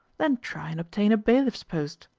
then try and obtain a bailiff's post.